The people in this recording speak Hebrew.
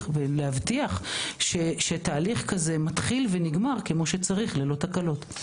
ולהבטיח שתהליך כזה מתחיל ונגמר כמו שצריך וללא תקלות.